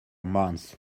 months